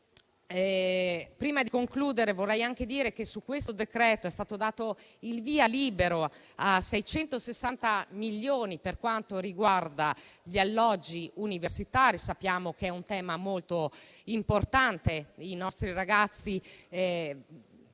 Prima di concludere, vorrei aggiungere che con questo decreto è stato dato il via libera a 660 milioni di euro per gli alloggi universitari: sappiamo che è un tema molto importante, perché i nostri ragazzi